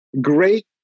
great